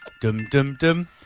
dum-dum-dum